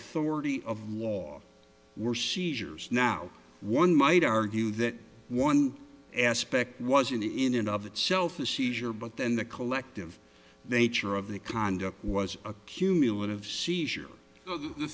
authority of law were seizures now one might argue that one aspect was an in and of itself a seizure but then the collective nature of the conduct was a cumulative seizure the